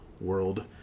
world